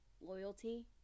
loyalty